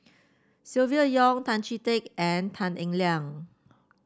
Silvia Yong Tan Chee Teck and Tan Eng Liang